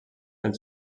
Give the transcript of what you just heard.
del